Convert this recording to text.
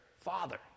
father